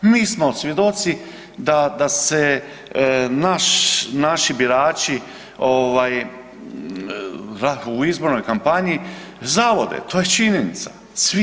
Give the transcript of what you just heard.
Mi smo svjedoci da, da se naš, naši birači ovaj u izbornoj kampanji zavode, to je činjenica.